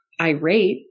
irate